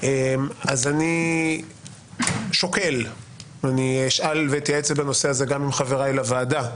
אז אני שוקל ואני אשאל ואתייעץ בנושא הזה גם עם חבריי לוועדה,